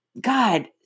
God